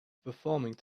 performing